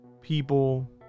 people